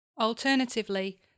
Alternatively